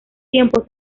tiempos